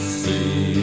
see